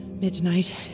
Midnight